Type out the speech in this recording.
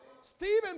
Stephen